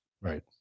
Right